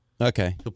Okay